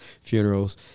funerals